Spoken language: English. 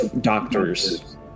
doctors